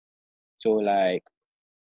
so like